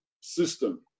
system